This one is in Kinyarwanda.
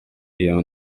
iyo